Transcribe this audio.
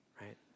right